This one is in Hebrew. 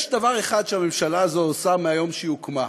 יש דבר אחד שהממשלה הזאת עושה מהיום שהיא הוקמה,